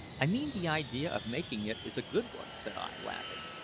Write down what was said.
i mean the idea of making it is a good one, said i, laughing.